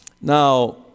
Now